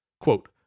quote